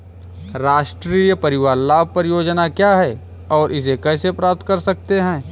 राष्ट्रीय परिवार लाभ परियोजना क्या है और इसे कैसे प्राप्त करते हैं?